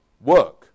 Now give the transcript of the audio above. work